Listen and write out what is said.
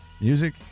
music